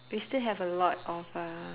we still have a lot of uh